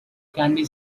candy